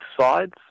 sides